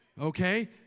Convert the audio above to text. Okay